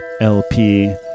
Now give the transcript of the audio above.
LP